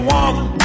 woman